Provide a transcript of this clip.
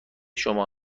شما